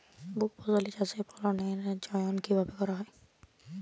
বহুফসলী চাষে ফসলের চয়ন কীভাবে করা হয়?